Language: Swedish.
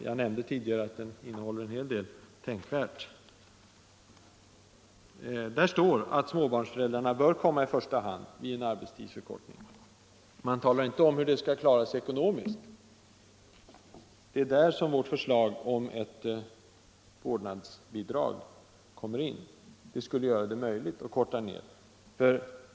Jag nämnde tidigare att den skriften innehåller en hel del tänkvärt. Där står att småbarnsföräldrarna bör komma i första hand vid en arbetstidsförkortning. Men man talade inte om hur det skall klaras ekonomiskt. Det är där vårt förslag om ett vårdnadsbidrag kommer in. Det skulle göra det möjligt att korta av arbetstiden.